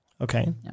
Okay